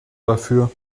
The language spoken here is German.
dafür